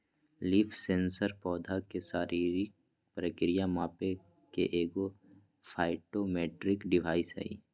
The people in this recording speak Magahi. लीफ सेंसर पौधा के शारीरिक प्रक्रिया मापे के एगो फाइटोमेट्रिक डिवाइस हइ